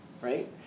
right